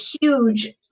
huge